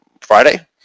Friday